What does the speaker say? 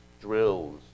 drills